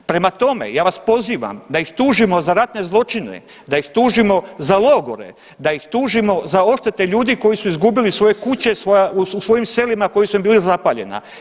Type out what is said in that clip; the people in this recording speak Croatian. Prema tome, ja vas pozivam da ih tužimo za ratne zločine, da ih tužimo za logore, da ih tužimo za odštete ljudi koji su izgubili svoje kuće, u svojim selima koja su im bila zapaljena.